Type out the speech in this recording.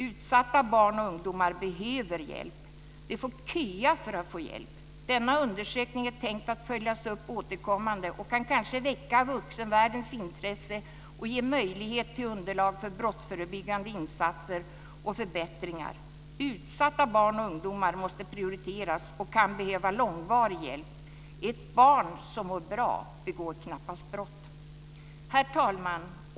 Utsatta barn och ungdomar behöver hjälp. De får köa för att få hjälp! Denna undersökning är tänkt att följas upp återkommande och kan kanske väcka vuxenvärldens intresse och ge möjlighet till underlag för brottsförebyggande insatser och förbättringar. Utsatta barn och ungdomar måste prioriteras och kan behöva långvarig hjälp. Ett barn som mår bra begår knappast brott. Herr talman!